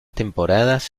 temporadas